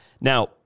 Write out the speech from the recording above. Now